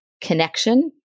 connection